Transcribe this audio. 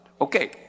Okay